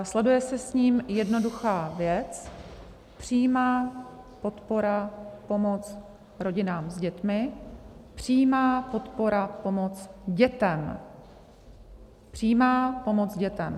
Sleduje se s ním jednoduchá věc: přímá podpora pomoc rodinám s dětmi, přímá podpora pomoc dětem, přímá pomoc dětem.